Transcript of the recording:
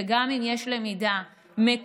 וגם אם יש למידה מקוונת,